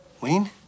Wayne